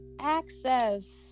Access